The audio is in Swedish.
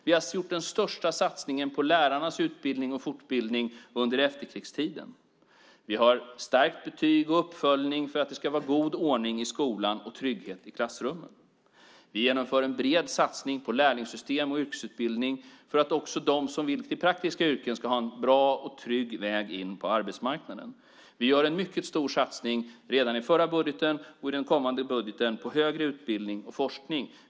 Vi har gjort den största satsningen på lärarnas utbildning och fortbildning under efterkrigstiden. Vi har stärkt betyg och uppföljning för att det ska vara god ordning i skolan och trygghet i klassrummen. Vi genomför en bred satsning på lärlingssystem och yrkesutbildning för att också de som vill till praktiska yrken ska ha en bra och trygg väg in på arbetsmarknaden. Vi gör en mycket stor satsning redan i den förra budgeten och i den kommande budgeten på högre utbildning och forskning.